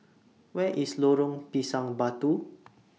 Where IS Lorong Pisang Batu